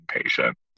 patient